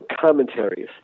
commentaries